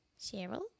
Cheryl